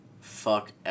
fuck